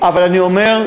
אבל אני אומר,